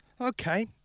Okay